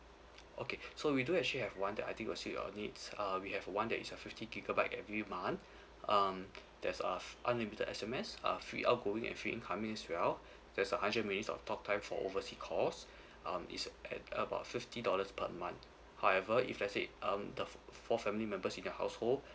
okay so we do actually have one that I think will suit your needs uh we have one that is a fifty gigabyte every month um there's a unlimited S_M_S uh free outgoing and free incoming as well there's a hundred minutes of talk time for oversea calls um is at about fifty dollars per month however if let's say um the f~ four family members in your household